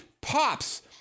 Pops